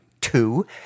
two